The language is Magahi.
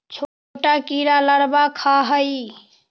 छोटा कीड़ा लारवा खाऽ हइ